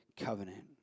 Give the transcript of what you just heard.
covenant